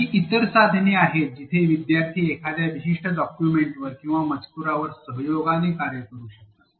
अशी इतर साधने आहेत जिथे विद्यार्थी एखाद्या विशिष्ट डॉक्युमेंटवर किंवा मजकूरावर सहयोगाने कार्य करू शकतात